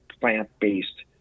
plant-based